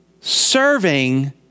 serving